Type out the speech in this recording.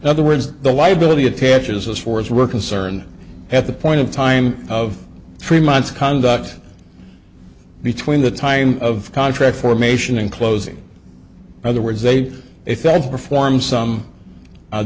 in other words the liability attaches as far as we're concerned at the point of time of three months conduct between the time of contract formation and closing other words they if that's perform some